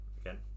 again